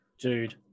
dude